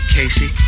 Casey